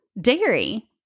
dairy